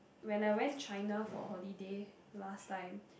when I went China for holiday last time